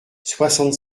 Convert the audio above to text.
soixante